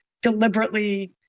Deliberately